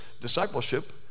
discipleship